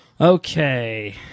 Okay